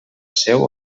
seu